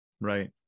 Right